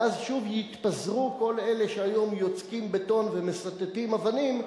ואז שוב יתפזרו כל אלה שהיום יוצקים בטון ומסתתים אבנים,